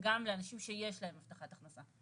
גם לאנשים שיש להם הבטחת הכנסה.